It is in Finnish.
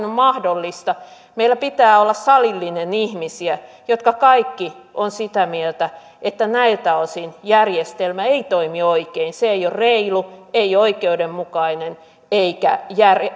on mahdollista meillä pitää olla salillinen ihmisiä jotka kaikki ovat sitä mieltä että näiltä osin järjestelmä ei toimi oikein se ei ole reilu ei oikeudenmukainen eikä